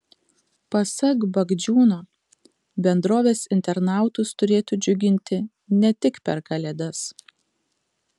pasak bagdžiūno bendrovės internautus turėtų džiuginti ne tik per kalėdas